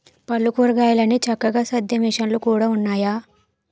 పళ్ళు, కూరగాయలన్ని చక్కగా సద్దే మిసన్లు కూడా ఉన్నాయయ్య